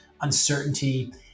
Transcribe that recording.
uncertainty